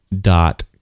dot